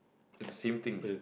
is same things